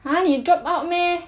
!huh! 你 drop out meh